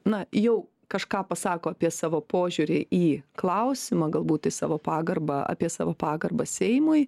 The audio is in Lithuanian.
na jau kažką pasako apie savo požiūrį į klausimą galbūt į savo pagarbą apie savo pagarbą seimui